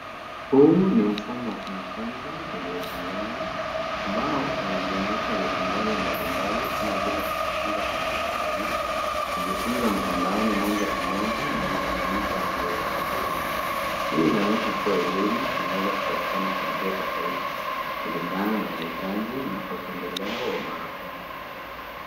Huu ni mfumo wa kujifunza uliochanganywa ambao unajumuisha vipengele mbalimbali kama vile kujifunza kwa kujktegemea, kujifunza mtandaoni moja kwa moja na mchanganyiko wa njia zote mbili. Hii inaonyesha kuwa elimu inaweza kupatikana kwa njia tofauti kulingana na mahitaji na upendeleo wa mwanafunzi.